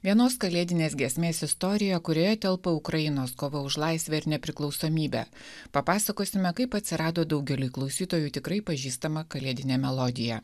vienos kalėdinės giesmės istorija kurioje telpa ukrainos kova už laisvę ir nepriklausomybę papasakosime kaip atsirado daugeliui klausytojų tikrai pažįstama kalėdinė melodija